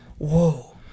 Whoa